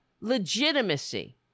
legitimacy